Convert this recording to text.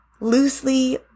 loosely